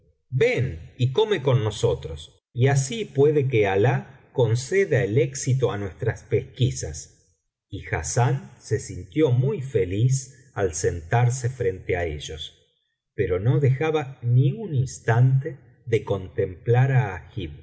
ven y corae con nosotros y así puede que alah conceda el éxito á nuestras pesquisas y hassán se sintió muy feliz al sentarse frente á ellos pero no dejaba ni un instante de contemplar á agib